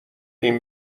این